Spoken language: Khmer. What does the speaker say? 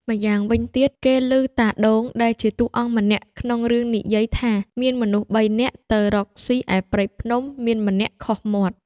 ម្យ៉ាងវិញទៀតគេឮតាដូងដែលជាតួអង្គម្នាក់ក្នុងរឿងនិយាយថា មានមនុស្សបីនាក់់ទៅរកស៊ីឯព្រៃភ្នំ មានម្នាក់ខុសមាត់